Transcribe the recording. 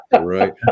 right